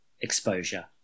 exposure